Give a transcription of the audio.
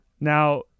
Now